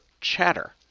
chatter